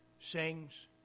sings